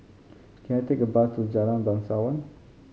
can I take a bus to Jalan Bangsawan